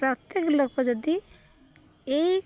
ପ୍ରତ୍ୟେକ ଲୋକ ଯଦି ଏଇ